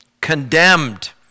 condemned